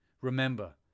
Remember